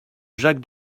jacques